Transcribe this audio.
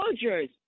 soldiers